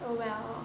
oh well